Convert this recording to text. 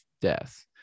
death